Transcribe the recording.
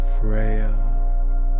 Freya